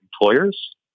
employers